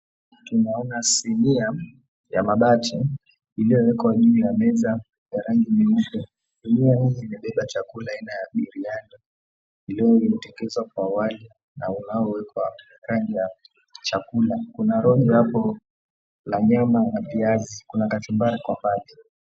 Tunaona sinia ya mabati iliyowekwa juu ya meza ya rangi nyeupe zikiwa imebeba chakula aina ya biriani iliyotengenezwa kwa wali na nyama na unaowekwa rangi ya chakula. Kuna robo hapo la nyama na kachumbari kwa mbali.